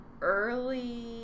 Early